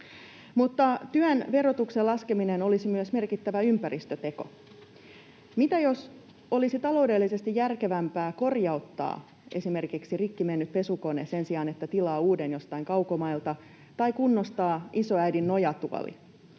Työn verotuksen laskeminen olisi myös merkittävä ympäristöteko. Mitä jos olisi taloudellisesti järkevämpää korjauttaa esimerkiksi rikki mennyt pesukone sen sijaan, että tilaa uuden jostain kaukomailta, tai kunnostaa isoäidin nojatuoli?